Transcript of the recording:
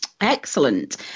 excellent